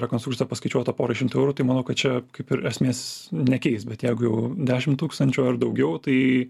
rekonstrukcija paskaičiuota porai šimtų eurų tai manau kad čia kaip ir esmės nekeis bet jeigu jau dešimt tūkstančių ar daugiau tai